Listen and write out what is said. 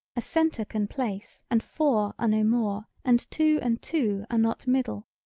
a centre can place and four are no more and two and two are not middle.